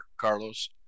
Carlos